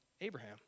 Abraham